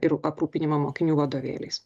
ir aprūpinimą mokinių vadovėliais